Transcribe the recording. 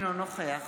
אינו נוכח